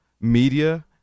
media